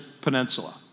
peninsula